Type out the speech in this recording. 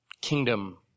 kingdom